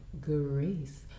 grace